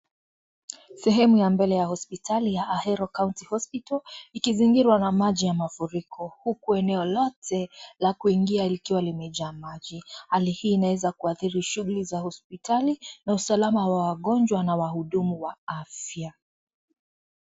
Sehemu ya mbele ya hospitali ya Ahero county hospital, ikizingirwa na maji ya mafuriko huku eneo lote la kuingia likiwa limejaa maji. Hali hii inaweza kuathiri shughuli za hospitali na usalama wa wagonjwa na wahudumu wa afya.